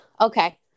Okay